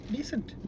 Decent